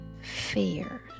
fear